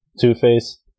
Two-Face